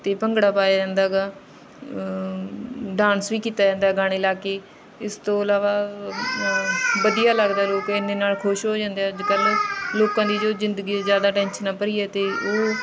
ਅਤੇ ਭੰਗੜਾ ਪਾਇਆ ਜਾਂਦਾ ਹੈਗਾ ਡਾਂਸ ਵੀ ਕੀਤਾ ਜਾਂਦਾ ਗਾਣੇ ਲਾ ਕੇ ਇਸ ਤੋਂ ਇਲਾਵਾ ਵਧੀਆ ਲੱਗਦਾ ਲੋਕ ਇੰਨੇ ਨਾਲ ਖੁਸ਼ ਹੋ ਜਾਂਦੇ ਆ ਅੱਜ ਕੱਲ੍ਹ ਲੋਕਾਂ ਦੀ ਜੋ ਜ਼ਿੰਦਗੀ ਜ਼ਿਆਦਾ ਟੈਨਸ਼ਨਾਂ ਭਰੀ ਹੈ ਅਤੇ ਉਹ